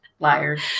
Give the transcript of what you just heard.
Liars